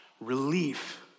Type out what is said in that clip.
relief